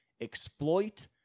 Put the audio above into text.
exploit